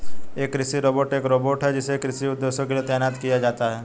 एक कृषि रोबोट एक रोबोट है जिसे कृषि उद्देश्यों के लिए तैनात किया जाता है